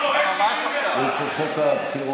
להעביר לוועדת הכספים את הצעת חוק יסודות